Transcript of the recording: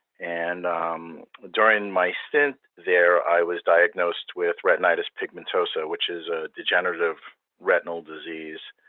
and during my stint there, i was diagnosed with retinitis pigmentosa, which is a degenerative retinal disease.